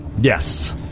Yes